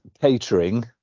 catering